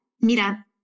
Mira